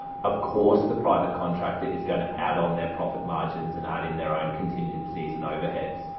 of course the private contractor is going to add on their profit margins and add in their own contingencies and overheads.